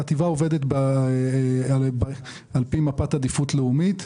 החטיבה עובדת על פי מפת עדיפות לאומית.